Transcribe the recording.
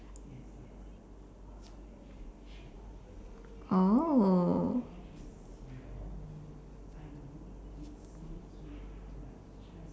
oh